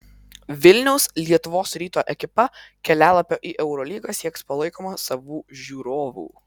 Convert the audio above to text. vilniaus lietuvos ryto ekipa kelialapio į eurolygą sieks palaikoma savų žiūrovų